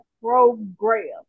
program